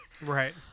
Right